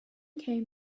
came